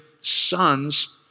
sons